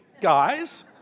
guys